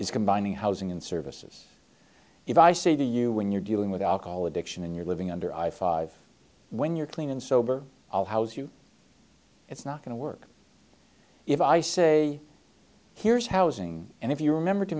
is combining housing and services if i say to you when you're dealing with alcohol addiction and you're living under i five when you're clean and sober i'll house you it's not going to work if i say here's housing and if you remember to